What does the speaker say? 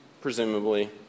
presumably